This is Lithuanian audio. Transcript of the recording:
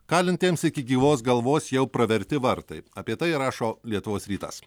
kalintiems iki gyvos galvos jau praverti vartai apie tai rašo lietuvos rytas